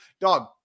Dog